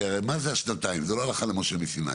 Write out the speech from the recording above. כי הרי שנתיים זה לא הלכה למשה מסיני.